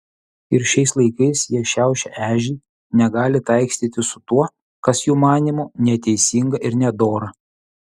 ir šiais laikais jie šiaušia ežį negali taikstytis su tuo kas jų manymu neteisinga ir nedora